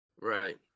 Right